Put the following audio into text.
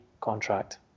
contract